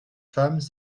femmes